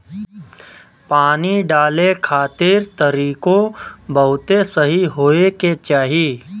पानी डाले खातिर तरीकों बहुते सही होए के चाही